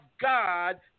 God